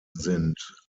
sind